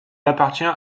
appartient